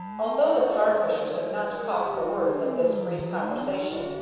although the car-pushers had not caught the words of this brief conversation,